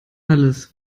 alles